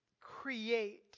create